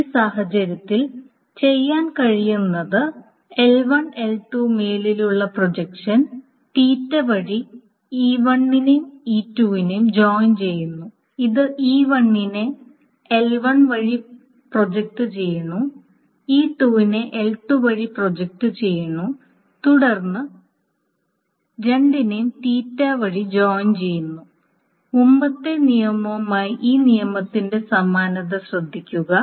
ഈ സാഹചര്യത്തിൽ ചെയ്യാൻ കഴിയുന്നത് മുമ്പത്തെ നിയമവുമായി ഈ നിയമത്തിന്റെ സമാനത ശ്രദ്ധിക്കുക